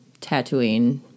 Tatooine